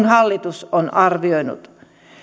hallitus on arvioinut